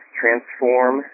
transform